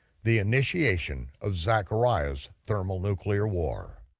the initiation of zachariah's thermal nuclear war.